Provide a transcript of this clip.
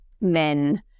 men